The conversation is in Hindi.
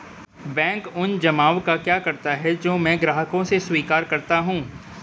बैंक उन जमाव का क्या करता है जो मैं ग्राहकों से स्वीकार करता हूँ?